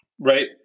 Right